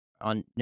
on